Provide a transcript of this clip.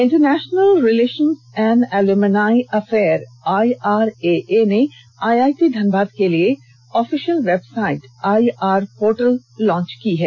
international relations and alumni affair IRAA ने IIT Dhanbad के लिए ऑफिसियल वेबसाइट आईआर पोर्टल की लांचिंग की है